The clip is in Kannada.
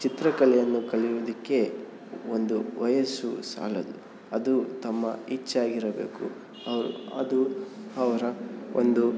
ಚಿತ್ರಕಲೆಯನ್ನು ಕಲಿಯುವುದಕ್ಕೆ ಒಂದು ವಯಸ್ಸು ಸಾಲದು ಅದು ತಮ್ಮ ಇಚ್ಛೆ ಆಗಿರಬೇಕು ಅದು ಅವರ ಒಂದು